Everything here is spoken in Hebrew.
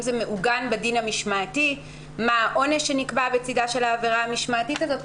זה מעוגן בדין המשמעתי ומה העונש שנקבע בצידה של העבירה המשמעתית הזאת.